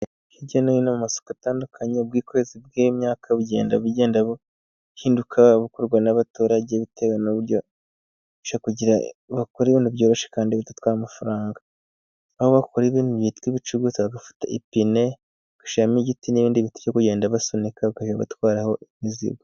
Hirya no hino amasoko atandukanye, ubwikwezi bw'imyaka bugenda buhinduka, bukorwa n'abaturage bitewe n'uburyo bwo kugirango bakore ibintu byoroshye kandi bidatwara amafaranga. Aho bakora ibintu byitwa ibicuruzwa bagafata ipine bagashyiramo igiti n'ibindi biti byo kugenda basunika bagatwaraho imizigo.